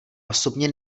osobně